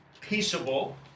Peaceable